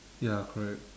ya correct